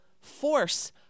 force